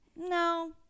No